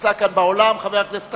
לא תבנו עכשיו עשרה חודשים,